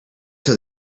till